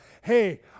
Hey